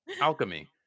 alchemy